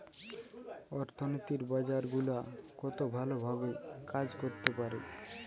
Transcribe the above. অর্থনীতির বাজার গুলা কত ভালো ভাবে কাজ করতে পারে